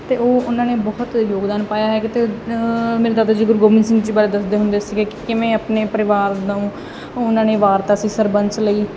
ਅਤੇ ਉਹ ਉਹਨਾਂ ਨੇ ਬਹੁਤ ਯੋਗਦਾਨ ਪਾਇਆ ਹੈਗਾ ਅਤੇ ਮੇਰੇ ਦਾਦਾ ਜੀ ਗੁਰੂ ਗੋਬਿੰਦ ਸਿੰਘ ਜੀ ਬਾਰੇ ਦੱਸਦੇ ਹੁੰਦੇ ਸੀਗੇ ਕਿ ਕਿਵੇਂ ਆਪਣੇ ਪਰਿਵਾਰ ਨੂੰ ਉਹਨਾਂ ਨੇ ਵਾਰਤਾ ਸੀ ਸਰਬੰਸ ਲਈ